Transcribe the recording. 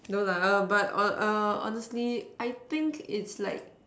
no lah err but err err honestly I think it's like